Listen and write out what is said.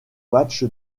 match